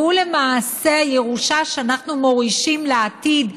והוא למעשה ירושה שאנחנו מורישים לעתיד,